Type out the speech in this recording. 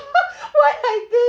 why like this